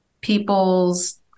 people's